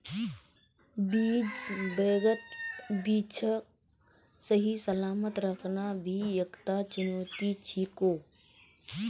बीज बैंकत बीजक सही सलामत रखना भी एकता चुनौती छिको